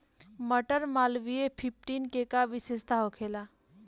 मटर मालवीय फिफ्टीन के का विशेषता होखेला?